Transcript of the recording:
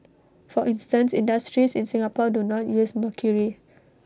for instance industries in Singapore do not use mercury